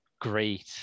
great